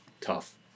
tough